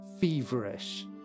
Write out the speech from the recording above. feverish